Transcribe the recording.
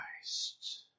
Christ